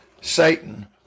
Satan